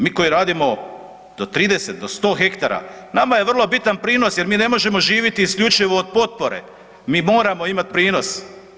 Mi koji radimo do 30, do 100 ha, nama je vrlo bitan prinos jer mi ne možemo živiti isključivo od potpore, mi moramo imati prinos.